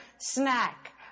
snack